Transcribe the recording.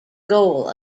goal